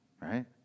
Right